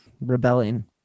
rebelling